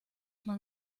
man